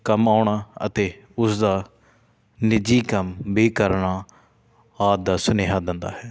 ਕੰਮ ਆਉਣਾ ਅਤੇ ਉਸਦਾ ਨਿੱਜੀ ਕੰਮ ਵੀ ਕਰਨਾ ਆਦਿ ਦਾ ਸੁਨੇਹਾ ਦਿੰਦਾ ਹੈ